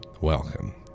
Welcome